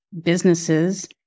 businesses